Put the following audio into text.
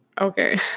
okay